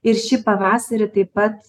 ir šį pavasarį taip pat